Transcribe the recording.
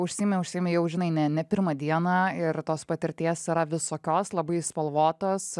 užsiėmi užsiėmi jau žinai ne ne pirmą dieną ir tos patirties yra visokios labai spalvotos